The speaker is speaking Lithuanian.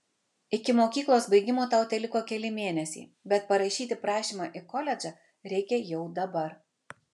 iki mokyklos baigimo tau teliko keli mėnesiai bet parašyti prašymą į koledžą reikia jau dabar